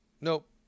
nope